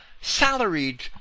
salaried